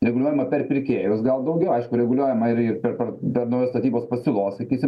reguliuojama per pirkėjus gal daugiau aišku reguliuojama ir ir per par per naujos statybos pasiūlos sakysim